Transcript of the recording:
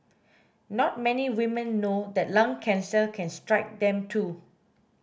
not many women know that lung cancer can strike them too